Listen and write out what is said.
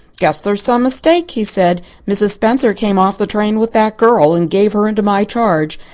guess there's some mistake, he said. mrs. spencer came off the train with that girl and gave her into my charge.